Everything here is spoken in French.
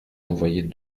envoyer